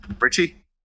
Richie